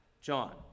John